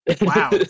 wow